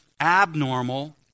abnormal